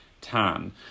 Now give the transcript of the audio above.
tan